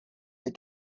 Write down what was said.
they